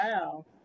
wow